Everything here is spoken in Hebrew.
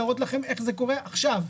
להראות לכם איך זה קורה עכשיו,